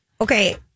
Okay